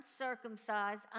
uncircumcised